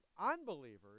unbelievers